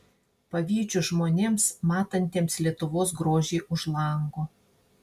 pavydžiu žmonėms matantiems lietuvos grožį už lango